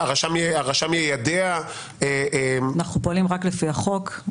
אנחנו פועלים רק לפי החוק.